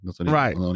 Right